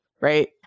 right